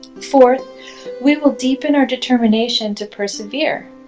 fourth we will deepen our determination to persevere.